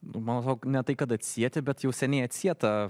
nu manau ne tai kad atsieti bet jau seniai atsieta